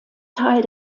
teil